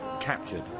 captured